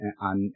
on